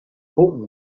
book